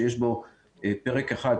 שיש בו פרק אחד,